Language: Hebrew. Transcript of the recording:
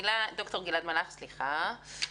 ד"ר גלעד מלאך מן המכון הישראלי לדמוקרטיה,